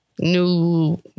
new